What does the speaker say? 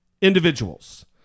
individuals